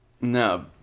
No